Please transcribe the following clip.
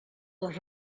les